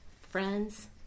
friends